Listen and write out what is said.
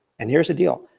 and here's the deal.